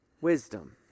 wisdom